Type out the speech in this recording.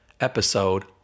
Episode